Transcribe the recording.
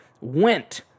went